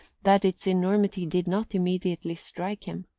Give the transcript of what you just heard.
that its enormity did not immediately strike him.